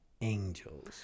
angels